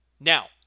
Now